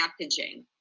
packaging